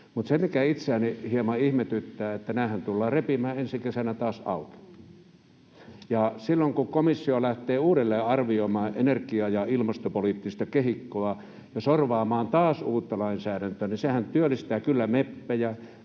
Mutta se, mikä itseäni hieman ihmetyttää, on se, että nämähän tullaan repimään ensi kesänä taas auki, ja silloin kun komissio lähtee uudelleenarvioimaan energia- ja ilmastopoliittista kehikkoa ja sorvaamaan taas uutta lainsäädäntöä, niin sehän työllistää kyllä meppejä,